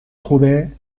خوبه